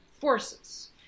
forces